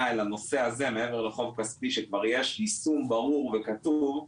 לנושא הזה מעבר לחוב כספי שכבר יש יישום ברור וכתוב,